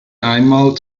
einmal